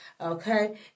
Okay